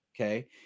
Okay